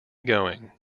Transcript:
going